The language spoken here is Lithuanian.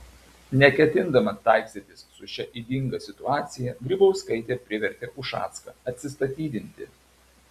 neketindama taikstytis su šia ydinga situacija grybauskaitė privertė ušacką atsistatydinti